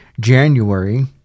January